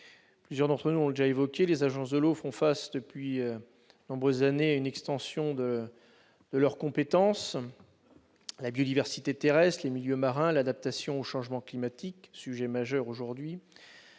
Plusieurs d'entre nous l'ont déjà évoqué : les agences de l'eau font face depuis de nombreuses années à un élargissement de leurs compétences, avec la biodiversité terrestre, les milieux marins, l'adaptation au changement climatique, qui est un sujet majeur aujourd'hui.